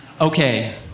Okay